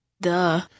Duh